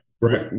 right